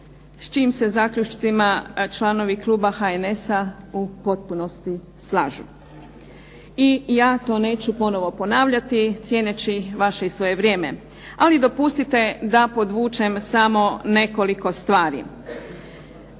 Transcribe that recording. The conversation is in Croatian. s čijim se zaključcima članovi kluba HNS-a u potpunosti slažu. I ja to neću ponovno ponavljati cijeneći vaše i svoje vrijeme, ali dopustite da podvučem samo nekoliko stvari.